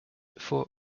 four